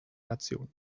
nation